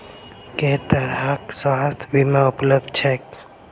केँ तरहक स्वास्थ्य बीमा उपलब्ध छैक?